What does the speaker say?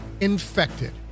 Infected